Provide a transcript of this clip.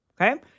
Okay